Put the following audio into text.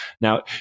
Now